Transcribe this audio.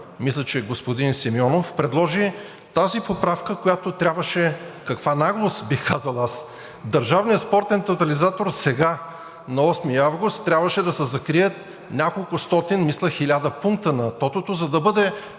мисля, че господин Симеонов предложи тази поправка, която трябваше, каква наглост бих казал аз, Държавният спортен тотализатор сега, на 8 август, трябваше да се закрият няколкостотин, мисля 1000 пункта на тотото, за да бъде